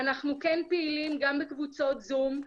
אנחנו פעילים גם בקבוצות זום .